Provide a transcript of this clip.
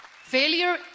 Failure